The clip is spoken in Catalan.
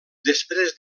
després